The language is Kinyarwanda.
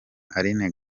aline